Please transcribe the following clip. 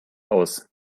aus